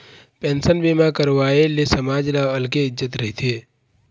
pension बीमा करवाए ले समाज म अलगे इज्जत रहिथे